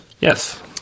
Yes